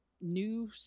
new